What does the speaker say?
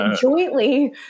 jointly